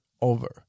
over